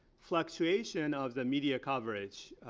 fluctuation of the media coverage